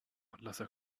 anlasser